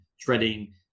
treading